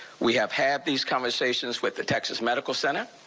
we have had these conversations with the texas medical center,